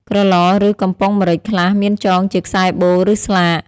ក្រឡ ឬ កំប៉ុងម្រេចខ្លះមានចងជាខ្សែបូ ឬស្លាក។